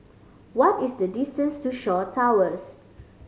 what is the distance to Shaw Towers